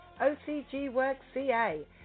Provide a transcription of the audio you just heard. OCGWorkCA